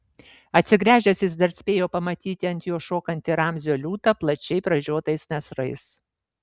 atsigręžęs jis dar spėjo pamatyti ant jo šokantį ramzio liūtą plačiai pražiotais nasrais